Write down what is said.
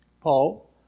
Paul